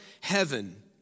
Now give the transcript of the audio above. heaven